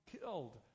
killed